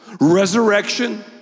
Resurrection